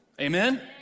Amen